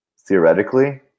theoretically